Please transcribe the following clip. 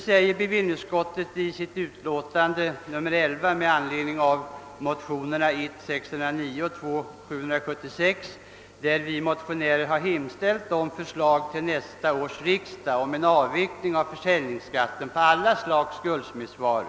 I motionerna I: 690 och II: 776 har vi motionärer hemställt om förslag till nästa års riksdag om en avveckling av försäljningsskatten på alla slags guldsmedsvaror.